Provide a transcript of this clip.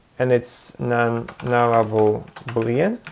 and it's a non-nullable boolean.